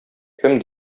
кем